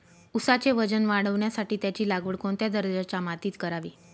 ऊसाचे वजन वाढवण्यासाठी त्याची लागवड कोणत्या दर्जाच्या मातीत करावी?